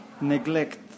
neglect